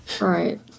Right